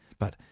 but,